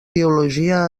teologia